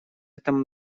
этом